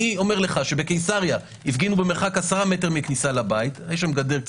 אני אומר לך שבקיסריה הפגינו במרחק 10 מ' מהכניסה לבית יש שם גדר,